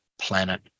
planet